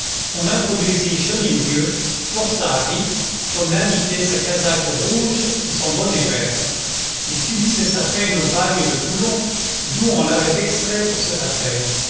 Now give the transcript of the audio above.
on introduisit chenildieu forçat à vie comme l'indiquaient sa casaque rouge et son bonnet vert il subissait sa peine au bagne de toulon d'où on l'avait extrait pour cette affaire